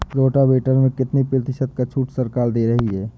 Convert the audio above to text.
Rotavator में कितनी प्रतिशत का छूट सरकार दे रही है?